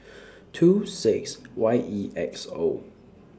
two six Y E X O